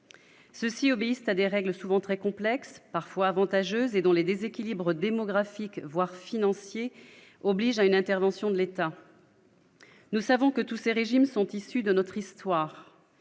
ceux-ci obéissent à des règles souvent très complexes, parfois avantageuses et dont les déséquilibres démographiques voire financiers oblige à une intervention de l'État. Nous savons que tous ces régimes sont issus de notre histoire,